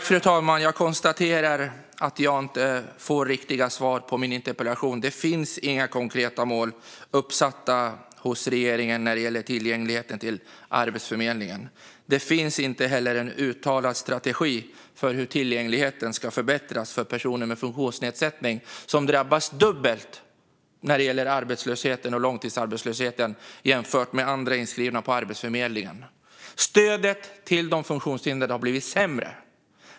Fru talman! Jag konstaterar att jag inte får riktiga svar på min interpellation. Det finns inga konkreta mål uppsatta hos regeringen när det gäller tillgängligheten till Arbetsförmedlingen. Det finns inte heller en uttalad strategi för hur tillgängligheten ska förbättras för personer med funktionsnedsättning, som drabbas dubbelt när det gäller arbetslösheten och långtidsarbetslösheten jämfört med andra inskrivna på Arbetsförmedlingen. Stödet till de funktionshindrade har blivit sämre.